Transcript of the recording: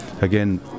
again